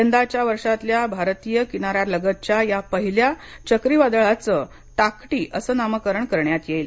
यंदाच्या वर्षातल्या भारतिय किनाऱ्यालगतच्या या पहिल्या चक्रीवादळाचं टाक्टी असं नामकरण करण्यात येईल